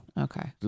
Okay